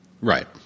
Right